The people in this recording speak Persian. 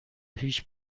هیچ